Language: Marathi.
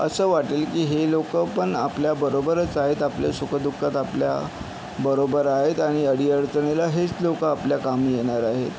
असं वाटेल की हे लोकं पण आपल्याबरोबरच आहेत आपल्या सुखदुःखात आपल्या बरोबर आहेत आणि अडीअडचणीला हेच लोकं आपल्या कामी येणार आहेत